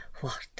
What